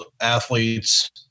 athletes